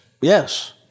Yes